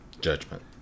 Judgment